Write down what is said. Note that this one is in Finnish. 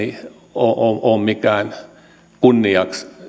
ole ole mitenkään kunniaksi